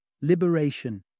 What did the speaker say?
Liberation